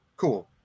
cool